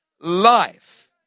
Life